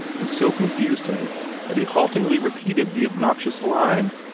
and so confused him that he haltingly repeated the obnoxious line.